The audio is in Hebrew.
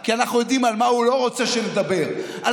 אנחנו יודעים על מה הוא לא רוצה שנדבר: על